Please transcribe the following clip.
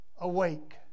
awake